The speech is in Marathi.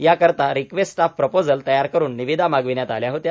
या करीता रिक्वेस्ट ऑफ प्रपोजल तयार करून निविदा मागविण्यात आल्या होत्या